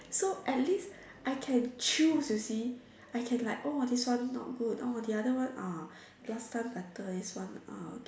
so at least I can choose you see I can like oh this one not good oh the other one ah last time better this one ah